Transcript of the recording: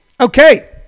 Okay